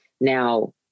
now